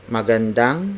Magandang